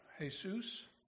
Jesus